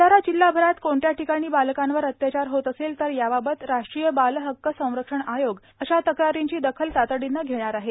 भंडारा जिल्हाभरात कोणत्या ठिकाणी बालकांवर अत्याचार होत असेल तर याबाबत राष्ट्रीय बाल हक्क संरक्षण आयोग अशा तक्रारींची दखल तातडीने घेणार आहे